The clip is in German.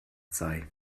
sei